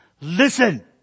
listen